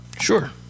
sure